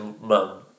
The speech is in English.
mum